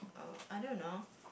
I don't know